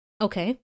Okay